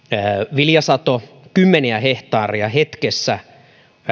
viljasatoa kymmeniä hehtaareja hetkessä